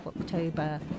October